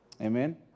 Amen